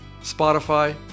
Spotify